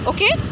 Okay